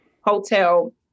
hotel